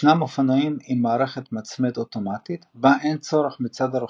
ישנם אופנועים עם מערכת מצמד אוטומטי בה אין צורך מצד הרוכב,